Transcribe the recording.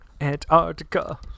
Antarctica